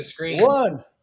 one